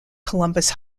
columbus